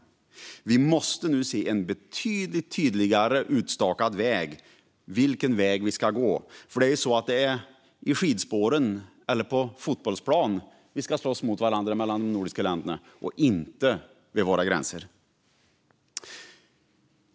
Nu måste vi se en mycket tydligare utstakad väg. Det är i skidspåren och på fotbollsplan de nordiska länderna ska slåss mot varandra, inte vid våra gränser.